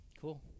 Cool